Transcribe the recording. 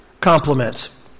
compliments